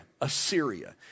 Assyria